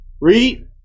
read